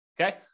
Okay